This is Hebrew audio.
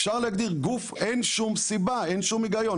אפשר להגדיר גוף, אין שום סיבה, אין שום היגיון.